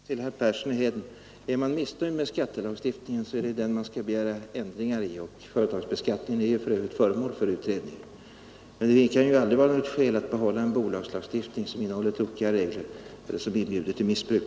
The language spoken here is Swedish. Herr talman! Endast ett par ord till herr Persson i Heden. Är man missnöjd med skattelagstiftningen, så är det den man skall begära ändringar i. Företagsbeskattningen är ju föremål för utredning. Det kan aldrig finnas skäl att behålla en bolagslagstiftning som innehåller tokiga regler som inbjuder till missbruk.